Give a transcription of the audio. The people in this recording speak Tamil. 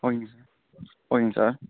ஓகேங்க சார் ஓகேங்க சார்